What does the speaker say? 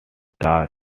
star